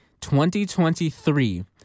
2023